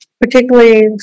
Particularly